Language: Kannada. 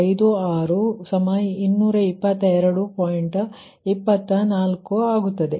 24 ಆಗುತ್ತದೆ